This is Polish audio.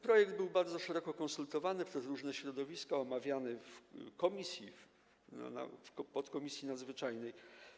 Projekt był bardzo szeroko konsultowany przez różne środowiska, omawiany w komisji, w podkomisji nadzwyczajnej.